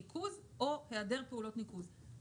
ניקוז או היעדר פעולות ניקוז.